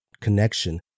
connection